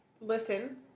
listen